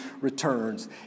returns